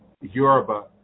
Yoruba